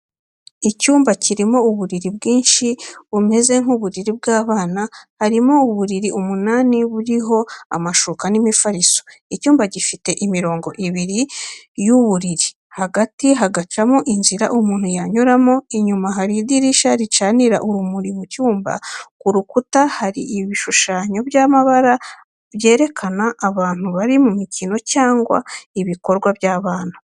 Icyumba kirimo uburiri bwinshi, bumeze nk’iburiri by’abana hari uburiri umunani buriho amashuka n'imifariso. Icyumba gifite imirongo ibiri y'uburiri, hagati hakabamo inzira umuntu yanyuramo inyuma hari idirishya, ricanira urumuri mu cyumba. Ku rukuta harimo ibishushanyo by’amabara, byerekana abantu bari mu mikino cyangwa ibikorwa by’abana.